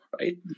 right